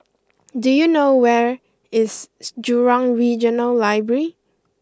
do you know where is Jurong Regional Library